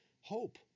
hope